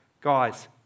Guys